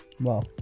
Wow